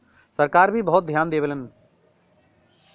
सरकार भी बहुत धियान देवलन